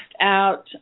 out